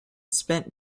spent